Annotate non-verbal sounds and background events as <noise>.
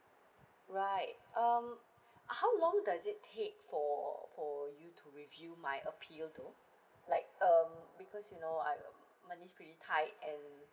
right um <breath> how long does it take for for you to review my appeal though like um because you know I uh money's pretty tight and